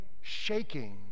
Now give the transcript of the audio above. shaking